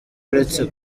uretse